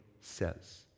says